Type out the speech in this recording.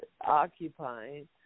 occupying